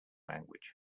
language